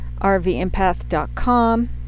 rvempath.com